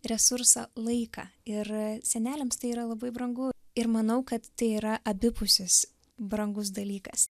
resursą laiką ir seneliams tai yra labai brangu ir manau kad tai yra abipusis brangus dalykas